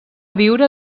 viure